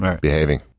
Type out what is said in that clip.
Behaving